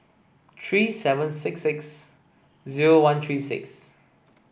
three seven six six zero one three six